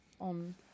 on